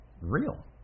Real